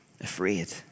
afraid